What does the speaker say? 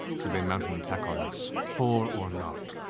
should they mount an attack on us, four or not,